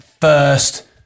first